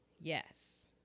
yes